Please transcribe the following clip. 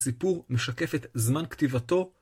סיפור משקפת זמן כתיבתו.